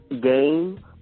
game